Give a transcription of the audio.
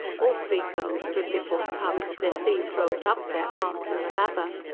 all three girls stood before tubs, their sleeves rolled up, their arms in the lather.